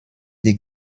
die